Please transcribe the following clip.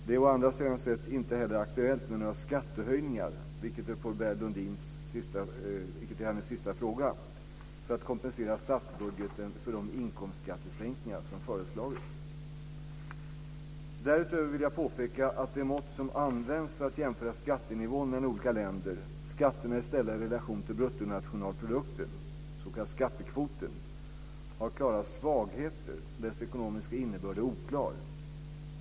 Däremot är det inte heller aktuellt med några skattehöjningar - vilket är de Pourbaix-Lundins sista fråga - för att kompensera statsbudgeten för de inkomstskattesänkningar som föreslagits. Därutöver vill jag påpeka att det mått som används för att jämföra skattenivån mellan olika länder, skatterna ställda i relation till bruttonationalprodukten, den s.k. skattekvoten, har klara svagheter och dess ekonomiska innebörd är oklar.